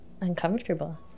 uncomfortable